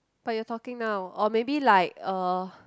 but you're talking now or maybe like uh